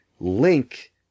link